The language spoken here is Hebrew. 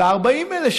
ל-40,000 האלה,